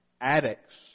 addicts